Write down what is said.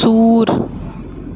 ژوٗر